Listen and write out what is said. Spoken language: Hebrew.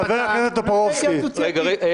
חבר הכנסת טופורובסקי --- רגע, רגע.